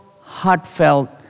heartfelt